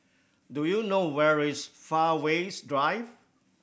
do you know where is Fairways Drive